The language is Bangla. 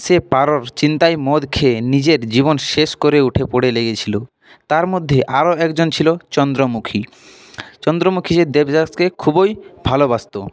সে পারোর চিন্তায় মদ খেয়ে নিজের জীবন শেষ করে উঠে পড়ে লেগেছিলো তার মধ্যে আরও একজন ছিল চন্দ্রমুখী চন্দ্রমুখী যে দেবদাসকে খুবই ভালোবাসত